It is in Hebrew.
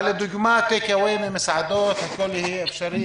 לדוגמה טייק אווי ממסעדות, הכל יהיה אפשרי?